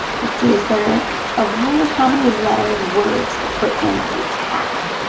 let's see. is there a rule how many letters, words to put in a tab?